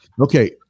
Okay